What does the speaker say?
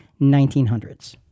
1900s